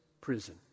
Prison